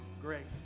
grace